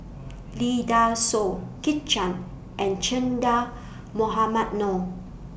Lee Dai Soh Kit Chan and Che Dah Mohamed Noor